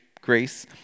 grace